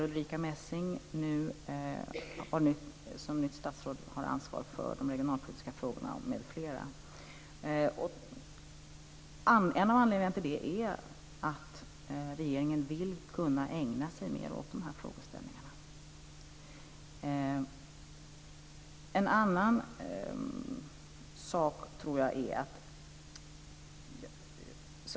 Ulrica Messing har nu som nytt statsråd ansvar för regionalpolitiska frågor, m.fl. En av anledningarna till det är att regeringen vill kunna ägna sig mer åt de här frågeställningarna.